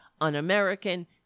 un-American